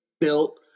built